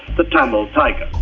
the tamil tigers.